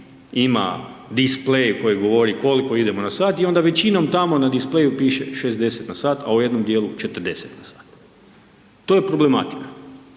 govori koliko govori koliko idemo na sat i onda većinom tamo na displayu piše 60 na sat a u jednom dijelu 40 na sat. To je problematika,